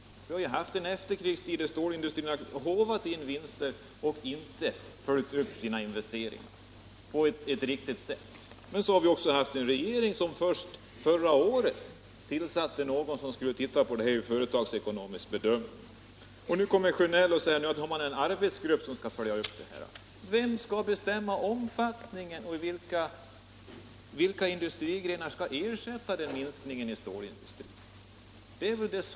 Vi har ju haft en efterkrigstid då stålindustrin har håvat in vinster och inte följt upp sina investeringar på ett riktigt sätt. Men vi har också haft en regering som först förra året tillsatte någon att titta på det här ur företagsekonomisk synvinkel. Nu säger herr Sjönell att det finns en arbetsgrupp som skall följa upp det här. Vem skall bestämma vilka industrigrenar det blir fråga om och i vilken omfattning de skall ersätta minskningen inom stålindustrin?